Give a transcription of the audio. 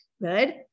Good